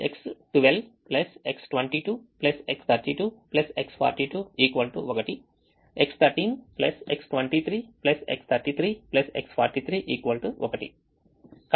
X12 X22 X32 X42 1 X13 X23 X33 X43 1